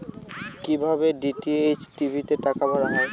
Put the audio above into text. কি ভাবে DTH TV তে টাকা ভরা হয়?